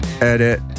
Edit